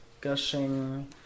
gushing